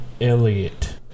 Elliott